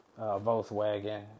Volkswagen